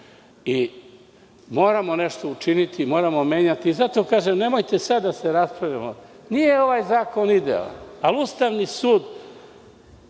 itd. Moramo nešto učiniti i moramo menjati. Zato vam kažem, nemojte sada da se raspravljamo, nije ovaj zakon idealan, ali Ustavni sud